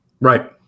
right